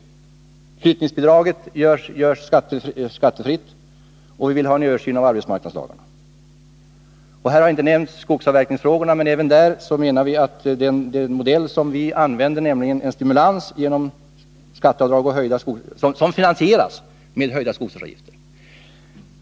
Flyttningsbidraget görs skattefritt, och vi vill ha en översyn av arbetsmarknadslagarna. Skogsavverkningsfrågorna har inte nämnts, men där har vi vår modell med en stimulans genom skatteavdrag som finansieras med höjda skogsvårdsavgifter.